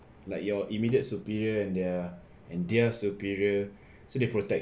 like your immediate superior and their and their superior so they protect